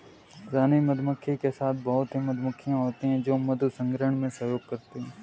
रानी मधुमक्खी के साथ बहुत ही मधुमक्खियां होती हैं जो मधु संग्रहण में सहयोग करती हैं